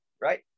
right